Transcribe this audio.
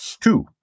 two